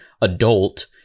adult